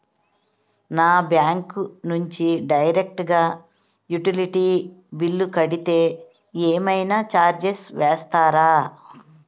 నా బ్యాంక్ నుంచి డైరెక్ట్ గా యుటిలిటీ బిల్ కడితే ఏమైనా చార్జెస్ వేస్తారా?